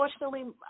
Unfortunately